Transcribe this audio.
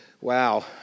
Wow